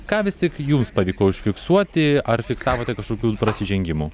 ką vis tik jums pavyko užfiksuoti ar fiksavote kažkokių prasižengimų